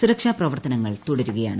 സുരക്ഷാ പ്രവർത്തനങ്ങൾ തുടരുകയാണ്